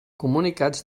comunicats